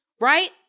right